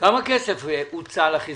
--- כמה כסף הוצא לחיסונים?